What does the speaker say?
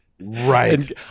Right